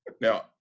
Now